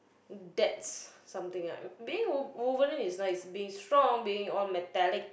that's something I being wol~ Wolverine is nice being strong being all metallic